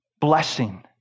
blessing